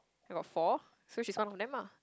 I got four so she's one of them ah